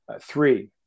three